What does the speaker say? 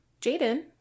Jaden